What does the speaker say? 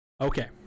Okay